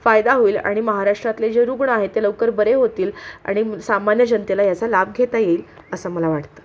फायदा होईल आणि महाराष्ट्रातले जे रुग्ण आहेत ते लवकर बरे होतील आणि सामान्य जनतेला याचा लाभ घेता येईल असं मला वाटतं